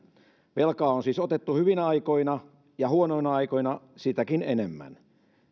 velkaa on siis otettu hyvinä aikoina ja huonoina aikoina sitäkin enemmän